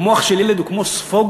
המוח של ילד הוא כמו ספוג,